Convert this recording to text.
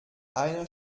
einer